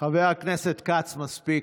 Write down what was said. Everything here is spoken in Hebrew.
חבר הכנסת כץ, מספיק.